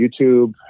YouTube